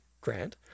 grant